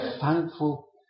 thankful